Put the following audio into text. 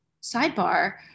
sidebar